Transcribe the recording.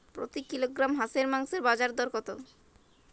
প্রতি কিলোগ্রাম হাঁসের মাংসের বাজার দর কত?